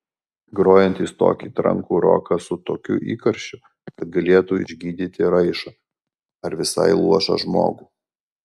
grojantys tokį trankų roką su tokiu įkarščiu kad galėtų išgydyti raišą ar visai luošą žmogų